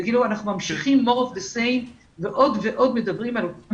אנחנו ממשיכים אותו הדבר ועוד מדברים על אותם